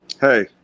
hey